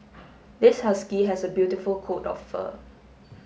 this husky has a beautiful coat of fur